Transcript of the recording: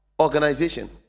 organization